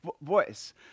voice